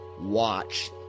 watch